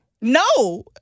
No